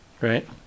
right